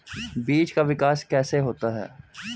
बीज का विकास कैसे होता है?